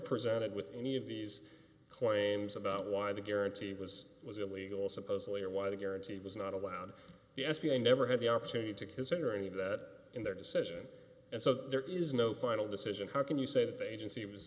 presented with any of these claims about why the guarantee was it was illegal supposedly or why the guarantee was not allowed the f b i never had the opportunity to consider any of that in their decision and so there is no final decision how can you say that the agency was